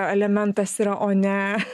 elementas yra o ne